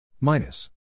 Minus